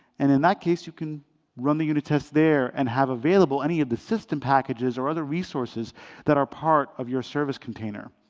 and in that case, you can run the unit tests there and have available any of the system packages or other resources that are part of your service container.